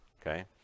okay